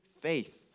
faith